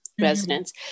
residents